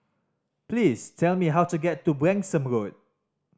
please tell me how to get to Branksome Road